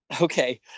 okay